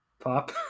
Pop